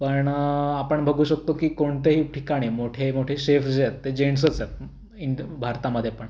पण आपण बघू शकतो की कोणत्याही ठिकाणी मोठे मोठे शेफ जे आहेत ते जेन्टसच आहेत इंड भारतामध्ये पण